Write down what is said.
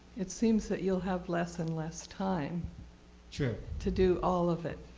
it seems that you'll have less and less time true. to do all of it.